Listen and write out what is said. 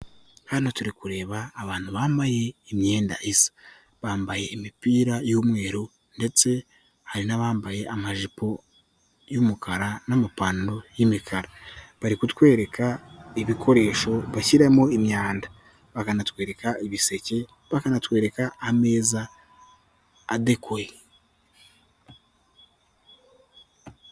Hano turi kureba abantu bambaye imyenda isa, bambaye imipira y'umweru ndetse hari n'abambaye amajipo y'umukara n'amapantaro y'imikara, bari kutwereka ibikoresho bashyiramo imyanda, bakanatwereka ibiseke, bakanatwereka ameza adekoye.